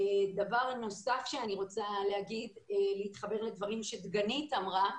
בנוסף, אני רוצה להתחבר לדברי דגנית על כך